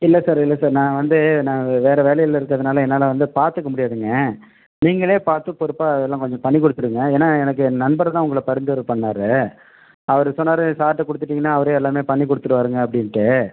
இல்லை சார் இல்லை சார் நான் வந்து நான் வேற வேலையில் இருக்கிறதனால என்னால் வந்து பார்த்துக்க முடியாதுங்க நீங்களே பார்த்து பொறுப்பாக அதெல்லாம் கொஞ்சம் பண்ணி கொடுத்துடுங்க ஏன்னா எனக்கு என் நண்பர் தான் உங்களை பரிந்துரை பண்ணார் அவர் சொன்னார் சார்ட்ட கொடுத்துட்டீங்கன்னா அவரே எல்லாமே பண்ணிக் கொடுத்துடுவாருங்க அப்படின்னுட்டு